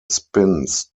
spins